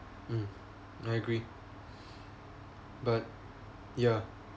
mm I agree but ya